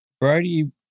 Brody